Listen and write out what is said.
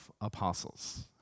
apostles